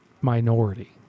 minority